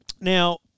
Now